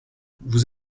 vous